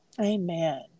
Amen